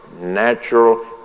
natural